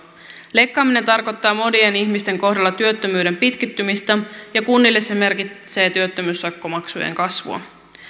leikkaaminen tarkoittaa monien ihmisten kohdalla työttömyyden pitkittymistä ja kunnille se merkitsee työttömyyssakkomaksujen kasvua